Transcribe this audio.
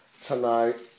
tonight